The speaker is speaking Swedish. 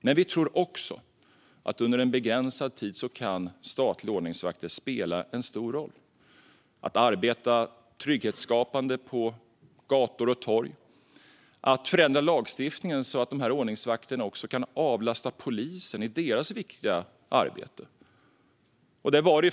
Men vi tror även att statliga ordningsvakter under en begränsad tid kan spela en stor roll genom att arbeta trygghetsskapande på gator och torg och genom att lagstiftningen förändras så att dessa ordningsvakter också kan avlasta polisen i deras viktiga arbete.